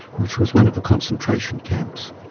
which was one of the concentration camps.